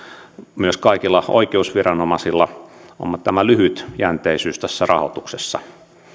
myös kaikilla oikeusviranomaisilla on lyhytjänteisyys rahoituksessa